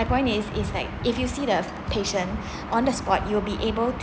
my point is is like if you see the patient on the spot you will be able